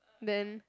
then